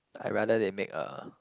I rather they make a